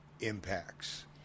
impacts